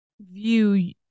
view